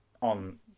on